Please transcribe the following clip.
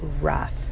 rough